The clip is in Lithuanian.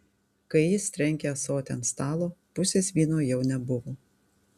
kai jis trenkė ąsotį ant stalo pusės vyno jau nebuvo